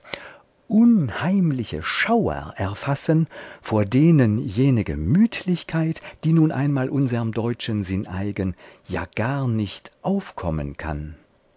unheimliche schauer erfassen vor denen jene gemütlichkeit die nun einmal unserm deutschen sinn eigen ja gar nicht aufkommen kann